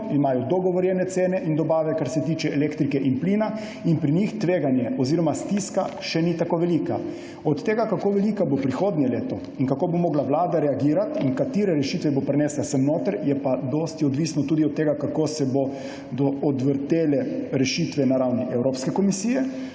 imajo dogovorjene cene in dobave, kar se tiče elektrike in plina, in pri njih tveganje oziroma stiska še ni tako velika. Od tega, kako velika bo prihodnje leto in kako bo morala vlada reagirati in katere rešitve bo prinesla sem noter, je pa dosti odvisno tudi od tega, kako se bodo odvrtele rešitve na ravni Evropske komisije.